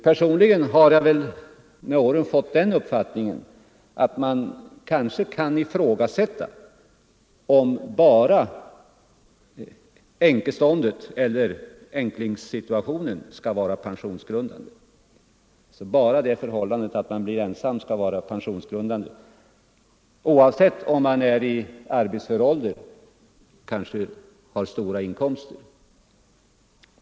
Personligen har jag med åren fått den uppfattningen att man kanske kan ifrågasätta om bara änkeståndet eller änklingssituationen, dvs. enbart det förhållandet att man blir ensam, skall vara pensionsgrundande oavsett om man är i arbetsför ålder och kanske har stora inkomster.